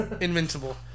Invincible